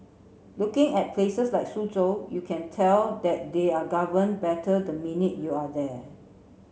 looking at places like Suzhou you can tell that they are govern better the minute you are there